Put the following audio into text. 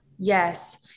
Yes